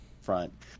front